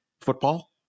football